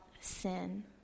sin